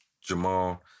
Jamal